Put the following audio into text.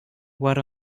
what